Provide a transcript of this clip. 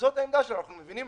זאת העמדה שלנו, אנחנו מבינים